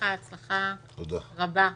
הצלחה רבה במשימה.